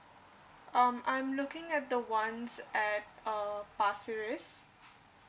um I'm looking at the ones at uh pasir ris